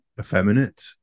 effeminate